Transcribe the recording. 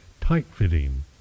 tight-fitting